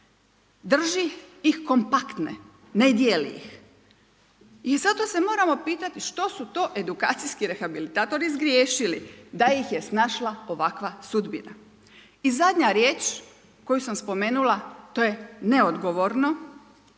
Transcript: drži ih kompaktne ne dijeli ih. I zato se moramo pitati što su to edukacijski rehabilitatori zgriješili da ih je snašla ovakva sudbina. I zadnja riječ koju sam spomenula to je neodgovorno,